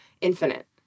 infinite